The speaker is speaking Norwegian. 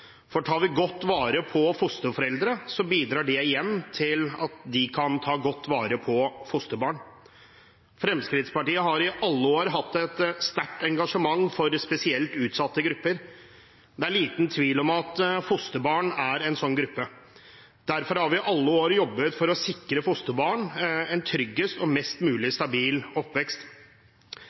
for tar vi godt vare på fosterforeldre, bidrar det igjen til at de kan ta godt vare på fosterbarn. Fremskrittspartiet har i alle år hatt et sterkt engasjement for spesielt utsatte grupper. Det er liten tvil om at fosterbarn er en slik gruppe. Derfor har vi i alle år jobbet for å sikre fosterbarn en mest mulig trygg og stabil oppvekst.